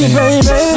baby